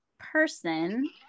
person